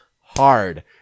hard